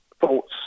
thoughts